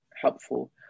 helpful